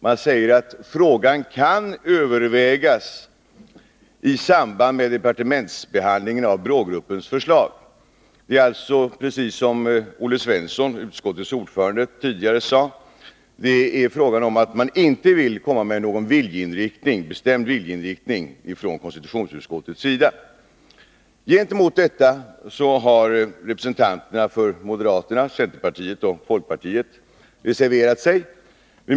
Man säger att frågan lämpligen kan övervägas i anslutning till departementsbehandlingen av BRÅ-gruppens förslag. Som konstitutionsutskottets ordförande Olle Svensson sade är det här fråga om att utskottet inte vill göra något uttalande om en bestämd viljeinriktning. Representanterna för moderaterna, centerpartiet och folkpartiet har reserverat sig mot detta.